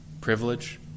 privilege